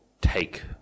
take